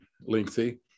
lengthy